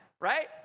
right